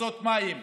מכסות מים,